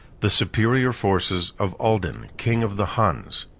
the superior forces of uldin, king of the huns,